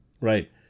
right